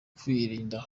kwirinda